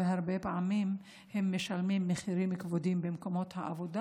והרבה פעמים הם משלמים מחירים כבדים במקומות העבודה.